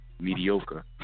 mediocre